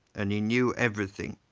and he knew everything.